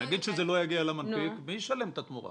נגיד שזה לא יגיע למנפיק, מי ישלם את התמורה